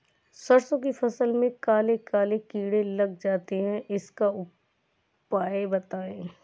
सरसो की फसल में काले काले कीड़े लग जाते इसका उपाय बताएं?